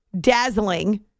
dazzling